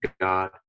God